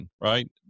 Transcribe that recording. right